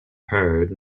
heard